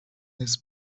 this